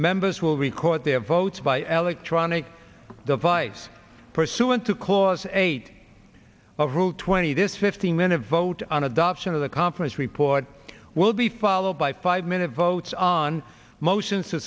members will record their votes by elec tronics device pursuant to clause eight of route twenty this fifteen minute vote on adoption of the conference report will be followed by five minute votes on motions to